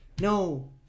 no